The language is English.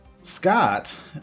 Scott